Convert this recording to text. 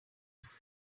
use